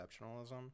exceptionalism